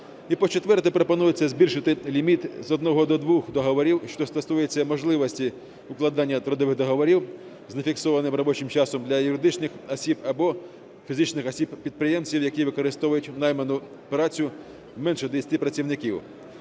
І по-четверте, пропонується збільшити ліміт з одного до двох договорів, що стосується можливості укладання трудових договорів з нефіксованим робочим часом для юридичних осіб або фізичних осіб-підприємців, які використовують найману працю менше десяти працівників.